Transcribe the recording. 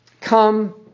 Come